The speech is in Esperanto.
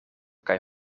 kaj